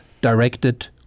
directed